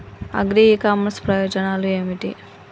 Agri e commerce ప్రయోజనాలు ఏమిటి?